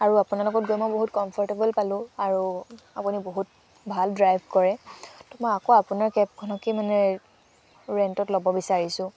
আৰু আপোনালোকৰ লগত গৈ মই বহুত কম্ফৰ্টেব'ল পালোঁ আপুনি বহুত ভাল ড্ৰাইভ কৰে তহ মই আপোনাৰ কেবখনকে আকৌ মানে ৰেণ্টত ল'ব বিচাৰিছোঁ